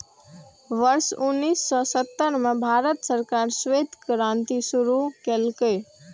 वर्ष उन्नेस सय सत्तर मे भारत सरकार श्वेत क्रांति शुरू केलकै